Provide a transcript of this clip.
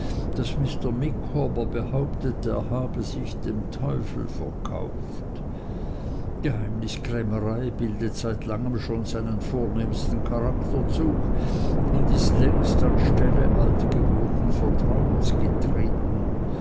mr micawber behauptet er habe sich dem teufel verkauft geheimniskrämerei bildet seit langem schon seinen vornehmsten charakterzug und ist längst an stelle altgewohnten vertrauens getreten